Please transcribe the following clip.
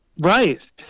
Right